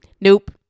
Nope